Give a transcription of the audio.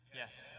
Yes